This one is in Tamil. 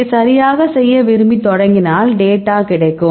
இதை சரியாக செய்ய விரும்பி தொடங்கினால் டேட்டா கிடைக்கும்